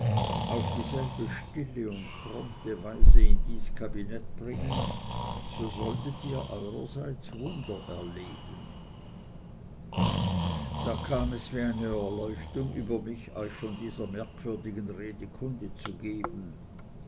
auf dieselbe stille und prompte weise in dies kabinett bringen so solltet ihr eurerseits wunder erleben da kam es wie eine erleuchtung über mich euch von dieser merkwürdigen rede kunde zu geben